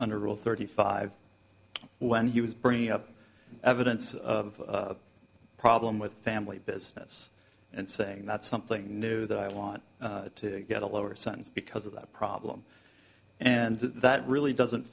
under rule thirty five when he was bringing up evidence of a problem with family business and saying that something new that i want to get a lower sentence because of that problem and that really doesn't